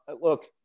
look